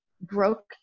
broke